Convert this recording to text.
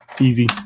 easy